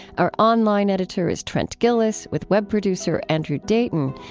our online editor is trent gilliss, with web producer andrew dayton.